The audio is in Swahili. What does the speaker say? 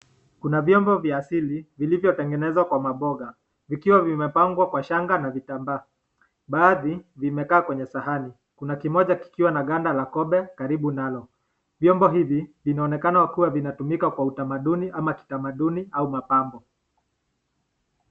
Kuna vyombo vya asili viliyotengenezwa kwa maboga vikiwa vimepangwa kwa shanga na vitambaa, baadhi imekaa kwa sahani kuna kimoja kikiwa na kanda la kobe karibu nalo. Vyombo hivi vinaonekana kua vinatumika kwa utamaduni au kitamaduni au mabambo.